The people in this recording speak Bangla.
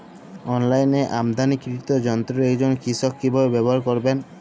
অনলাইনে আমদানীকৃত যন্ত্র একজন কৃষক কিভাবে ব্যবহার করবেন?